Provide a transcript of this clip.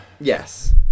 yes